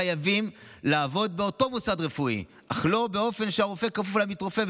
הם חייבים לעבוד באותו מוסד רפואי אך לא באופן שהרופא כפוף לעמית הרופא,